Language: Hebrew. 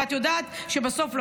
ואת יודעת שבסוף,